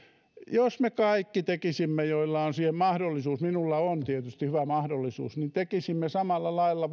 jos me kaikki joilla on siihen mahdollisuus minulla on tietysti hyvä mahdollisuus tekisimme vapaaehtoisesti samalla lailla